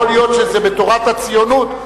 יכול להיות שזה בתורת הציונות,